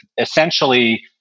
essentially